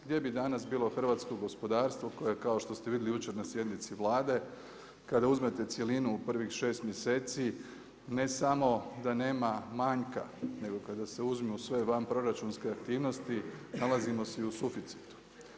Gdje bi danas bilo hrvatsko gospodarstvo koje kao što ste vidjeli jučer na sjednici Vlade kada uzmete cjelinu u prvih šest mjeseci ne samo da nema manjka, nego kada se uzmu sve vanproračunske aktivnosti nalazimo se i u suficitu.